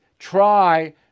try